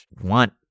want